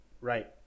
Right